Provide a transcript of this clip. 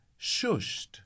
shushed